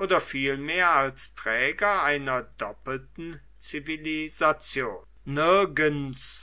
oder vielmehr als träger einer doppelten zivilisation nirgends